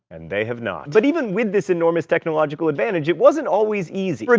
and they have not. but even with this enormous technological advantage, it wasn't always easy.